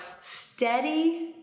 steady-